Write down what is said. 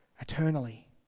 eternally